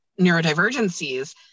neurodivergencies